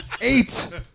Eight